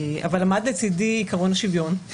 אבל עמד לצדי עקרון השוויון,